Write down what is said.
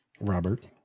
Robert